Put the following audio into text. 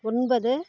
ஒன்பது